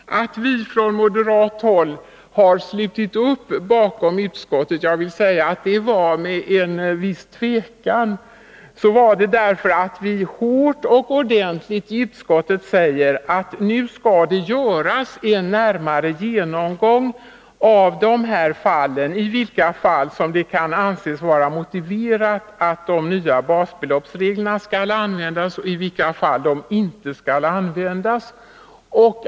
När vi från moderat håll har slutit upp bakom utskottet — jag vill dock säga att det var med viss tvekan — så är det därför att vi hårt och ordentligt i utskottet sagt att det nu skall göras en noggrannare genomgång, så att vi får reda på i vilka fall det kan anses vara motiverat att använda de nya basbeloppsreglerna och i vilka fall de inte skall användas.